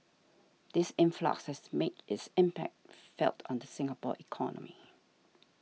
this influx has made its impact felt on the Singapore economy